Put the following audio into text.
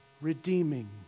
redeeming